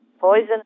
poison